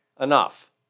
enough